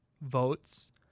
votes